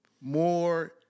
more